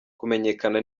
kumenyekana